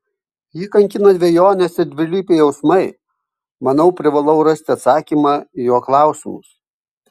jį kankina dvejonės ir dvilypiai jausmai manau privalau rasti atsakymą į jo klausimus